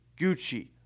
Gucci